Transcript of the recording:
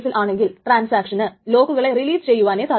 അതാണ് x നെ എഴുതുന്ന ട്രാൻസാക്ഷന്റെ ഏറ്റവും വലിയ ടൈം സ്റ്റാമ്പ്